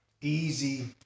easy